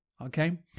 Okay